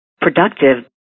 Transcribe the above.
productive